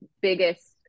biggest